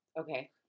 Okay